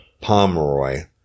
Pomeroy